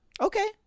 Okay